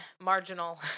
marginal